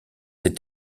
ces